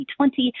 2020